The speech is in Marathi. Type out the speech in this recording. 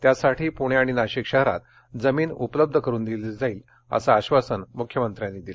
त्यासाठी पुणे आणि नाशिक शहरात जमीन उपलब्ध करून दिली जाईल असं आश्वासनही मुख्यमंत्र्यांनी दिलं